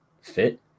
fit